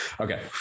Okay